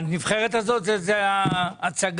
הנבחרת הזאת זאת הצגה.